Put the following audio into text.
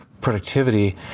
productivity